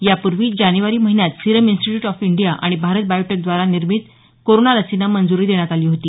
यापूर्वी जानेवारी महिन्यात सीरम इंस्टीट्यूट ऑफ इंडिया आणि भारत बायोटेक द्वारा निर्मिती कोरोना लसींना मंजूरी देण्यात आली होती